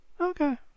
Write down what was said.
Okay